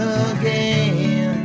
again